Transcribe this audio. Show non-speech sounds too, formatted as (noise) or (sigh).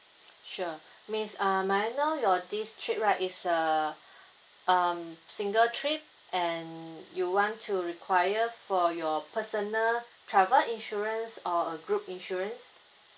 (noise) sure miss uh may I know your this trip right is uh um single trip and you want to require for your personal travel insurance or a group insurance